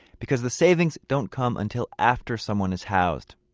because the savings don't come until after someone is housed,